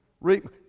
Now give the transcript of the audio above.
reap